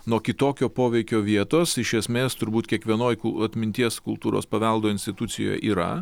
nuo kitokio poveikio vietos iš esmės turbūt kiekvienoj ku atminties kultūros paveldo institucijoj yra